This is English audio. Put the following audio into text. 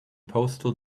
postal